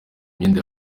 imyenda